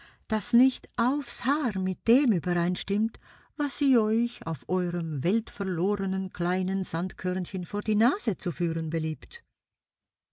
das nicht aufs haar mit dem übereinstimmt was sie euch auf eurem weltverlorenen kleinen sandkörnchen vor die nase zu führen beliebt